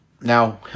now